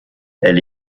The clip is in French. elle